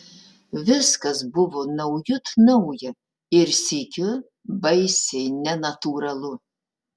viskas buvo naujut nauja ir sykiu baisiai nenatūralu